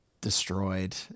destroyed